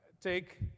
Take